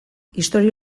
istorio